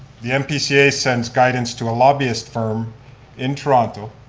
the npca sends guidance to a lobbyist firm in toronto,